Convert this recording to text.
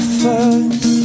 first